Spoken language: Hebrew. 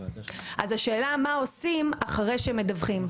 אז השאלה מה עושים אחרי שמדווחים.